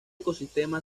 ecosistema